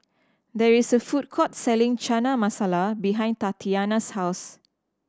there is a food court selling Chana Masala behind Tatianna's house